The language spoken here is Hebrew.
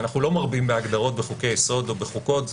אנחנו לא מרבים בהגדרות בחוקי-יסוד או בחוקות.